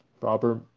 Robert